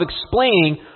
explaining